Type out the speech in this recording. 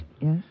Yes